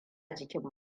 jikin